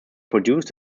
produced